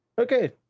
okay